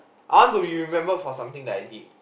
I want to be remembered for something that I did